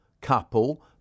couple